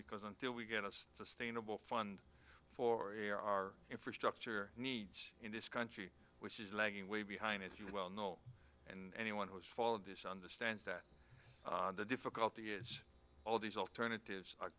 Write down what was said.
because until we get us sustainable fund for air our infrastructure needs in this country which is lagging way behind if you will know and anyone who has followed this understands that the difficulty is all these alternative